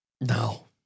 No